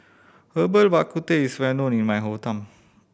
Herbal Bak Ku Teh is well known in my hometown